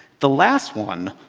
the last one,